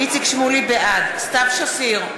בעד סתיו שפיר,